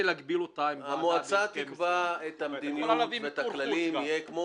המועצה תקבע את המדיניות והכללים כמו